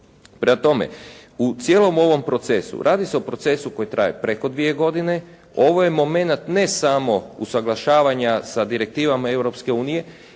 Prema tome, u cijelom ovom procesu, radi se o procesu koji traje preko dvije godine. Ovo je moment ne samo usuglašavanja sa direktivama